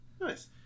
Nice